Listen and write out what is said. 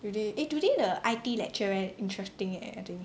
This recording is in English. today eh today the I_T lecture very interesting leh I think